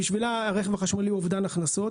בשביל רשות המיסים הרכב החשמלי הוא אובדן הכנסות,